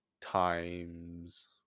times